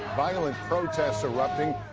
violent protests erupting.